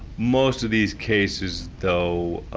most of these cases, though,